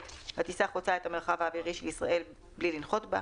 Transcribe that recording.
הטיסה חוצה את המרחב האווירי של ישראל מבלי לנחות בה,